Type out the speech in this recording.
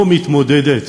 לא מתמודדת,